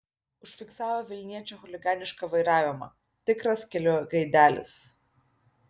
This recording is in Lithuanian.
užfiksavo vilniečio chuliganišką vairavimą tikras kelių gaidelis